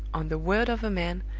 on the word of a man,